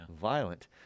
Violent